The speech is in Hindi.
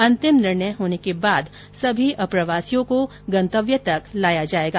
अंतिम निर्णय होने के बाद सभी अप्रवासियों को गंतव्य तक लाया जाएगा